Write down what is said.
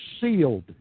sealed